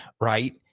right